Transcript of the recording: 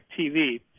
TV